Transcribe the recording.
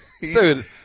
dude